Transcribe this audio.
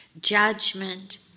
Judgment